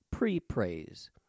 pre-praise